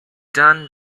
done